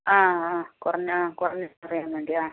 ആ ആ കുറഞ്ഞു കുറഞ്ഞു പറയാൻ വേണ്ടി ആ